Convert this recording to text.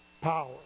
power